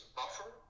buffer